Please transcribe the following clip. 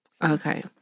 Okay